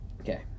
Okay